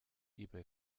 ebay